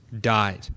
died